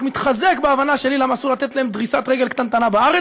מתחזק בהבנה שלי למה אסור לתת להם דריסת רגל קטנטנה בארץ.